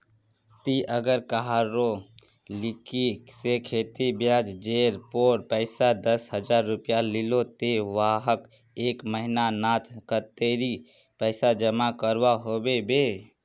ती अगर कहारो लिकी से खेती ब्याज जेर पोर पैसा दस हजार रुपया लिलो ते वाहक एक महीना नात कतेरी पैसा जमा करवा होबे बे?